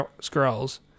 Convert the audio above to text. scrolls